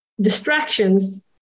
distractions